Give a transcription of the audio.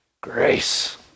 Grace